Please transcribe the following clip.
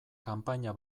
kanpaina